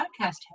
podcast